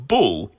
Bull